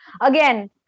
Again